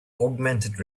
augmented